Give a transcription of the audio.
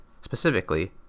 Specifically